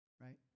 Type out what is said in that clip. right